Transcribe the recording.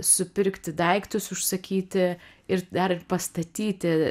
supirkti daiktus užsakyti ir dar pastatyti